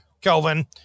Kelvin